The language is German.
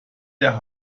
der